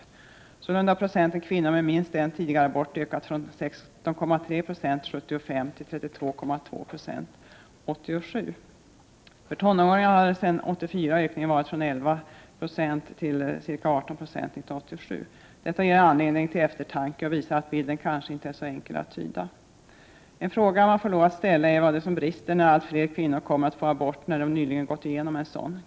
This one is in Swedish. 35 Sålunda har procenten kvinnor med minst en tidigare abort ökat från 16,3 90 år 1975 till 32,2 20 år 1987. För tonåringar har ökningen sedan 1984 varit från 11 9 till ca 18 2 år 1987. Detta ger anledning till eftertanke och visar att bilden kanske inte är så enkel att tyda. En fråga man får lov att ställa är vad det är som brister, när allt fler kvinnor kommer för att få abort då de nyligen gått igenom en sådan.